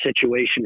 situation